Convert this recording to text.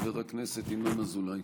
חבר הכנסת ינון אזולאי.